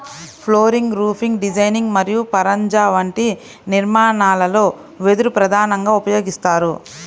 flooring, roofing designing మరియు పరంజా వంటి నిర్మాణాలలో వెదురు ప్రధానంగా ఉపయోగిస్తారు